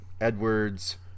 Edwards